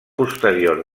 posterior